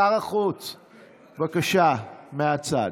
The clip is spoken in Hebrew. שר החוץ, בבקשה, מהצד.